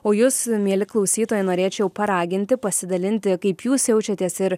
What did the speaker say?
o jus mieli klausytojai norėčiau paraginti pasidalinti kaip jūs jaučiatės ir